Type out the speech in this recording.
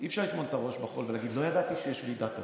אי-אפשר לטמון את הראש בחול ולהגיד: לא ידעתי שיש ועידה כזאת.